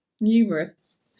Numerous